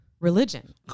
Religion